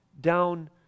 down